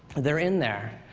they're in there.